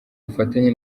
ubufatanye